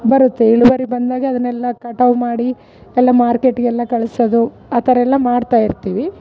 ಬರುತ್ತೆ ಇಳುವರಿ ಬಂದಾಗ ಅದನ್ನೆಲ್ಲ ಕಟಾವು ಮಾಡಿ ಎಲ್ಲ ಮಾರ್ಕೆಟ್ಗೆಲ್ಲ ಕಳಿಸೋದು ಆ ಥರ ಎಲ್ಲ ಮಾಡ್ತಾಯಿರ್ತಿವಿ